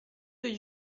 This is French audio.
rue